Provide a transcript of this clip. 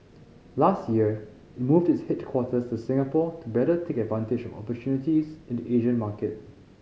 last year it moved its headquarters to Singapore to better take advantage of opportunities in the Asian market